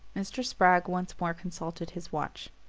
mr. spragg once more consulted his watch.